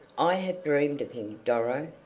i have dreamed of him, doro!